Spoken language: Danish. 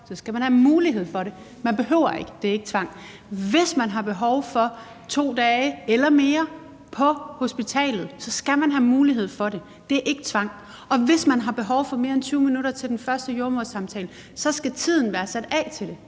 så skal man have mulighed for det. Man behøver ikke; det er ikke tvang. Hvis man har behov for 2 dage eller mere på hospitalet, skal man have mulighed for det. Det er ikke tvang. Og hvis man har behov for mere end 20 minutter til den første vores samtale, skal tiden være sat af til det.